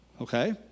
Okay